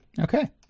Okay